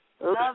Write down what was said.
Love